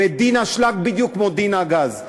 ודין האשלג בדיוק כמו דין הגז,